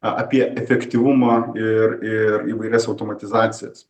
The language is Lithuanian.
apie efektyvumą ir ir įvairias automatizacijas